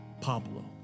Pablo